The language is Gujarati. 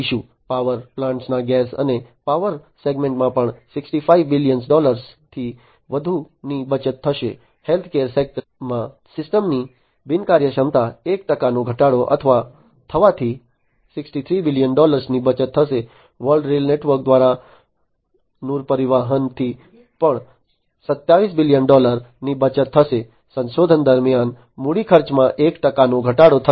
પાવર પ્લાન્ટ્સના ગેસ અને પાવર સેગમેન્ટમાં પણ 65 બિલિયન ડોલરથી વધુની બચત થશે હેલ્થકેર સેન્ટરમાં સિસ્ટમની બિનકાર્યક્ષમતામાં 1 ટકાનો ઘટાડો થવાથી 63 બિલિયન ડૉલરની બચત થશે વર્લ્ડ રેલ નેટવર્ક દ્વારા નૂર પરિવહનથી પણ 27 બિલિયન ડૉલરની બચત થશે સંશોધન દરમિયાન મૂડી ખર્ચમાં એક ટકાનો ઘટાડો થશે